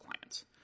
clients